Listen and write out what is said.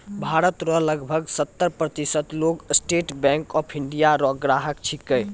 भारत रो लगभग सत्तर प्रतिशत लोग स्टेट बैंक ऑफ इंडिया रो ग्राहक छिकै